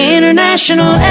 International